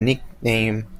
nickname